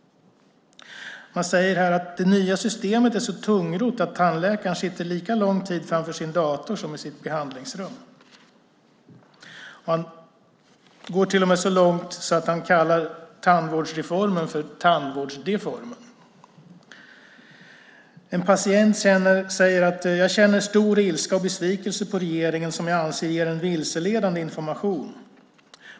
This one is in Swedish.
Han säger i artikeln att det nya systemet är så tungrott att tandläkaren sitter lika lång tid framför sin dator som i sitt behandlingsrum. Han går till och med så långt att han kallar tandvårdsreformen för tandvårdsdeformen. En patient säger: Jag känner stor ilska och besvikelse över regeringen som jag anser ger en vilseledande information.